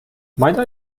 might